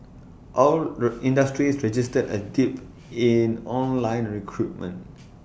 all industries registered A dip in online recruitment